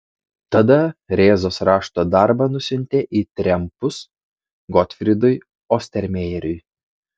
tada rėzos rašto darbą nusiuntė į trempus gotfrydui ostermejeriui